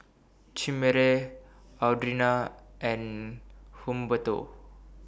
Chimere Audriana and Humberto